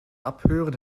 abhören